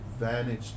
advantage